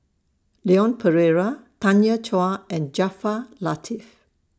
Leon Perera Tanya Chua and Jaafar Latiff